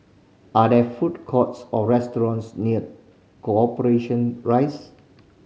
are there food courts or restaurants near Corporation Rise